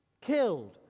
killed